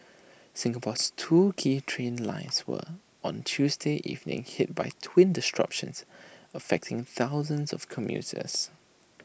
Singapore's two key train lines were on Tuesday evening hit by twin disruptions affecting thousands of commuters